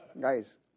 Guys